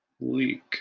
Leak